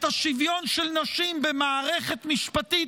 את השוויון של נשים במערכת משפטית,